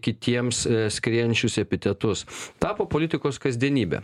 kitiems skriejančius epitetus tapo politikos kasdienybe